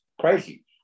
crazy